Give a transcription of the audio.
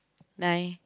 nine